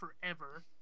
forever